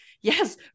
Yes